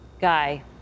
Guy